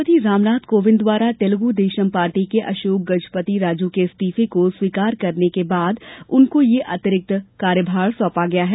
राष्ट्रपति रामनाथ कोविंद द्वारा तेलुगुदेशम पार्टी के अशोक गजपति राजू के इस्तीफे को स्वीकार करने का बाद उनको यह अतिरिक्त कार्यभार सौंपा गया है